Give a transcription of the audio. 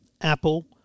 Apple